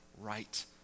right